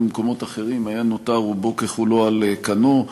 במקומות אחרים היה נותר רובו ככולו על כנו.